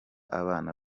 abana